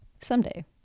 someday